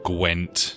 Gwent